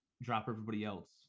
drop-everybody-else